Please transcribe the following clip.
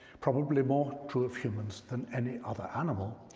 probably more true of humans than any other animal,